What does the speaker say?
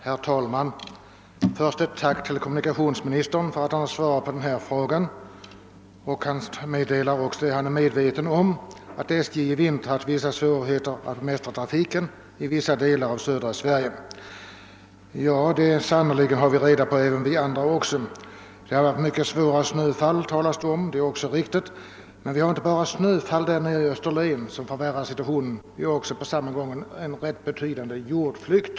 Herr talman! Jag tackar kommunikationsministern för svaret på min fråga. Statsrådet säger att han är medveten om att SJ i vinter haft vissa svårigheter att bemästra trafiken i vissa delar av södra Sverige, och det är sannerligen någonting som även vi andra har fullt klart för oss. Vidare sägs det i svaret att det har förekommit svåra snöfall i Skåne, och det är också helt riktigt. Men i Österlen har vi inte bara snöfall som skapar svåra situationer, vi har också en ganska betydande jordflykt.